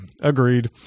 Agreed